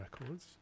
Records